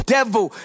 Devil